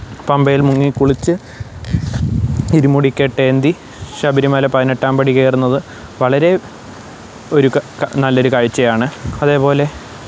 പമ്പയില് മുങ്ങി കുളിച്ച് ഇരുമുടിക്കെട്ട് ഏന്തി ശബരിമല പതിനെട്ടാം പടി കയറുന്നത് വളരെ ഒരു നല്ല ഒരു കാഴ്ച്ചയാണ് അതേപോലെ